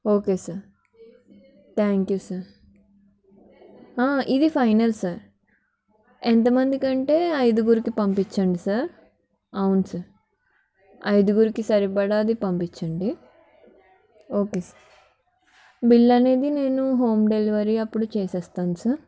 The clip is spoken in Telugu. okay sir thank you sir ఇది ఫైనల్ సార్ ఎంతమంది కంటే ఐదుగురికి పంపించండి సార్ అవును సార్ ఐదుగురికి సరిపడా అది పంపించండి ఓకే సార్ బిల్ అనేది నేను హోమ్ డెలివరీ అప్పుడు చేసేస్తాను సార్